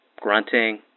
grunting